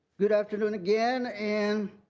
good afternoon again, and